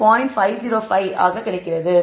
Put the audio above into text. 505 ஆக கிடைக்கிறது